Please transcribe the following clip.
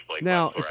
Now